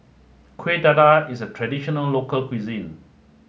Kueh Dadar is a traditional local cuisine